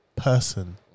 Person